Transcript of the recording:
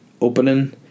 opening